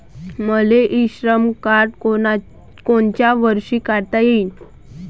मले इ श्रम कार्ड कोनच्या वर्षी काढता येईन?